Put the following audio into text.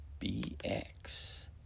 BX